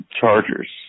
chargers